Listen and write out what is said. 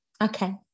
okay